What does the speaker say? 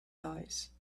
noise